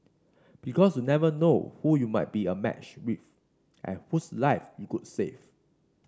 because you never know who you might be a match with and whose life you could save